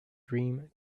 dream